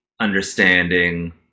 understanding